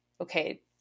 okay